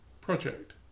project